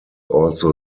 also